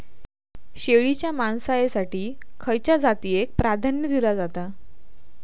शेळीच्या मांसाएसाठी खयच्या जातीएक प्राधान्य दिला जाता?